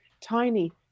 tiny